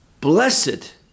blessed